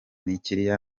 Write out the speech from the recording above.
ntilikina